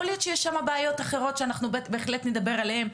יכול להיות שיש שם בעיות אחרות שאנחנו נדבר עליהן,